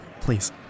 please